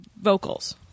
vocals